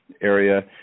area